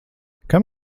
kam